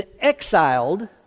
exiled